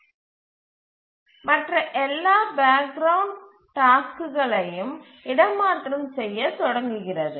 இது மற்ற எல்லா பேக் கிரவுண்ட் டாஸ்க்குகளையும் இடமாற்றம் செய்யத் தொடங்குகிறது